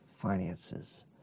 finances